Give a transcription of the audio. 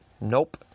Nope